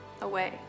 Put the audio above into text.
away